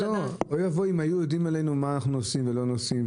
אוי ואבוי אם היו יודעים עלינו לאן אנחנו נוסעים וכמה אנחנו נוסעים.